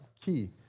key